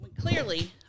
Clearly